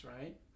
Right